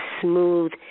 smooth